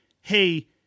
hey